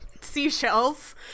seashells